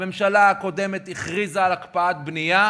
הממשלה הקודמת הכריזה על הקפאת הבנייה,